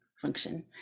function